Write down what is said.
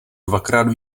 dvakrát